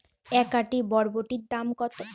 এক আঁটি বরবটির দাম কত?